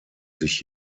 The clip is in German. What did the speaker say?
sich